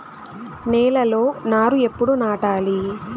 నేలలో నారు ఎప్పుడు నాటాలి?